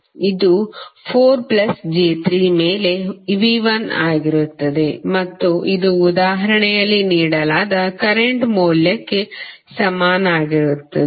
ಇದು 4 j3 ಮೇಲೆ V1 ಆಗಿರುತ್ತದೆ ಮತ್ತು ಇದು ಉದಾಹರಣೆಯಲ್ಲಿ ನೀಡಲಾದ ಕರೆಂಟ್ ಮೌಲ್ಯಕ್ಕೆ ಸಮಾನವಾಗಿರುತ್ತದೆ